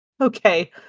Okay